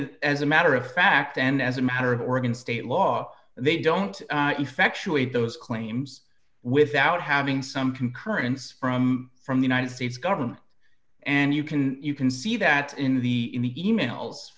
as a matter of fact and as a matter of oregon state law they don't infection waive those claims without having some concurrence from from the united states government and you can you can see that in the in the e mails